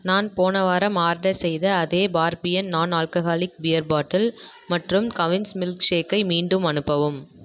நான் போன வாரம் ஆர்டர் செய்த அதே Barbican non alcoholic beer bottle மற்றும் கவின்ஸ் மில்க்ஷேக்கை மீண்டும் அனுப்பவும்